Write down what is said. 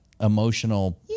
emotional